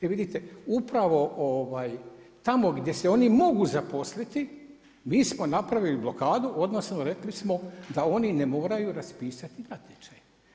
I vidite upravo tamo gdje se oni mogu zaposliti mi smo napravili blokadu, odnosno rekli smo da oni ne moraju raspisati natječaj.